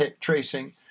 tracing